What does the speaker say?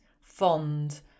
fond